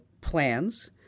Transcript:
plans